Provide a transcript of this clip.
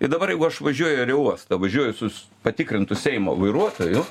ir dabar jeigu aš važiuoju į areuostą važiuoju sus patikrintu seimo vairuotoju